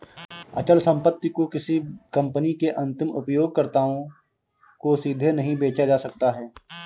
अचल संपत्ति को किसी कंपनी के अंतिम उपयोगकर्ताओं को सीधे नहीं बेचा जा सकता है